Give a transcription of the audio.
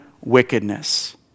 wickedness